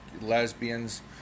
lesbians